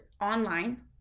online